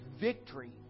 victory